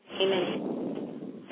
Amen